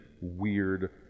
weird